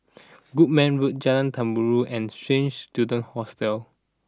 Goodman Road Jalan Terubok and Straits Students Hostel